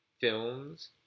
films